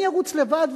אני ארוץ לבד.